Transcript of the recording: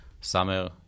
summer